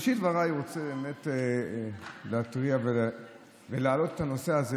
בראשית דבריי אני רוצה להתריע ולהעלות את הנושא הזה,